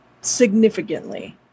significantly